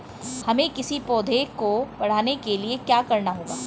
हमें किसी पौधे को बढ़ाने के लिये क्या करना होगा?